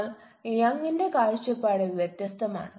എന്നാൽ ജംഗിന്റെ കാഴ്ചപ്പാട് വ്യത്യസ്തമാണ്